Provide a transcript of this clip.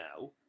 now